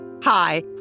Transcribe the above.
Hi